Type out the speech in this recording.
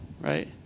right